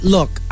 Look